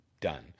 done